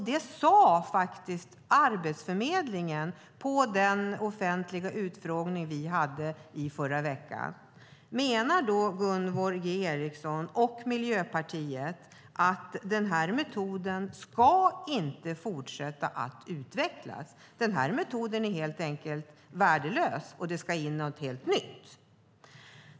Det sade faktiskt Arbetsförmedlingen på den offentliga utfrågning som vi hade i förra veckan. Menar då Gunvor G Ericson och Miljöpartiet att den här metoden inte ska fortsätta utvecklas, att metoden helt enkelt är värdelös och att det ska in något helt nytt?